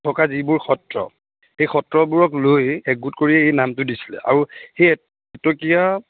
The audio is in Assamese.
এটকাৰ যিবোৰ সত্ৰ এই সত্ৰবোৰক লৈ একগোট কৰিয়ে এই নামটো দিছিলে আৰু সেই এটকীয়া